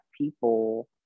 people